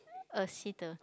oh Sitoh